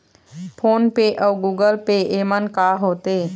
Phone पे अउ Google Pay येमन का होते?